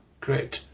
great